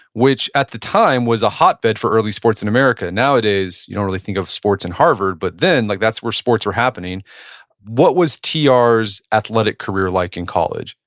which at the time was a hot bed for early sports in america. nowadays, you don't really think of sports and harvard, but then like that's where sports were happening what was yeah ah tr's athletic career like in college?